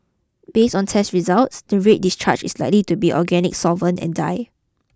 based on test results the red discharge is likely to be organic solvent and dye